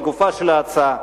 לגופה של ההצעה.